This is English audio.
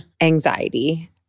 anxiety